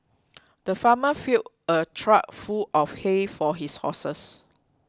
the farmer filled a trough full of hay for his horses